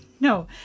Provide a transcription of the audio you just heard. No